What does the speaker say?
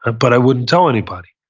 but i wouldn't tell anybody.